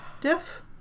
Diff